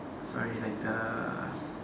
sorry like the